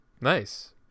Nice